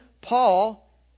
Paul